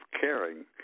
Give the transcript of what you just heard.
caring